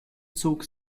zog